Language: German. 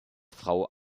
frau